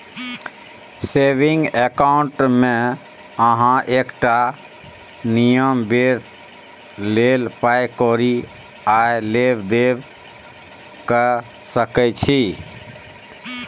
saving अकाउंटमे अहाँ एकटा नियत बेर लेल पाइ कौरी आ लेब देब कअ सकै छी